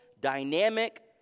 dynamic